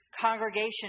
congregation